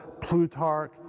Plutarch